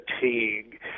fatigue